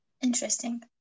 Interesting